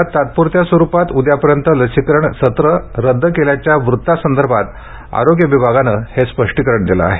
राज्यात तात्पुरत्या स्वरूपात उद्यापर्यंत लसीकरण सत्र रद्द केल्याच्या वृत्तासंदर्भात आरोग्य विभागानं हे स्पष्टीकरण दिलं आहे